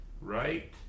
right